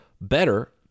better